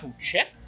check